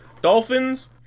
dolphins